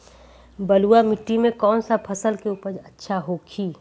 बलुआ मिट्टी में कौन सा फसल के उपज अच्छा होखी?